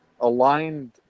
aligned